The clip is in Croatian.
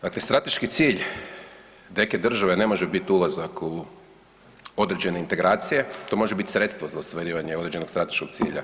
Dakle, strateški cilj neke države ne može bit ulazak u određene integracije, to može bit sredstvo za ostvarivanje određenog strateškog cilja.